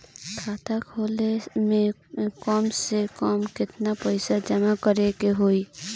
खाता खोले में कम से कम केतना पइसा जमा करे के होई?